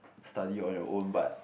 study on your own but